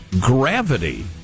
gravity